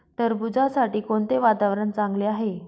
टरबूजासाठी कोणते वातावरण चांगले आहे?